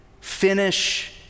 finish